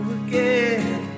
again